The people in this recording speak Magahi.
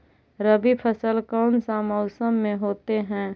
रवि फसल कौन सा मौसम में होते हैं?